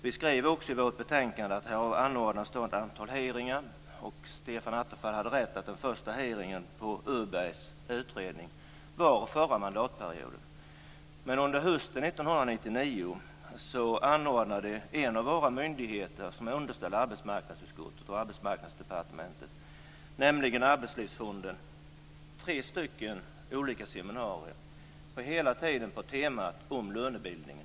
Vi skriver också i vårt betänkande att här har anordnats ett antal hearingar. Stefan Attefall hade rätt i att den första hearingen, som gällde Öbergs utredning, hölls förra mandatperioden. Men under hösten 1999 anordnade en av våra myndigheter, som är underställd arbetsmarknadsutskottet och Arbetsmarknadsdepartementet, nämligen Arbetslivsfonden, tre stycken olika seminarier, hela tiden på temat lönebildning.